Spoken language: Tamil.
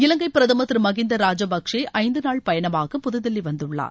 இலங்கை பிரதமர் திரு மஹிந்த ராஜபக்சே ஐந்து நாள் பயணமாக புதுதில்லி வந்துள்ளார்